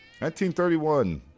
1931